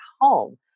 home